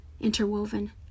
interwoven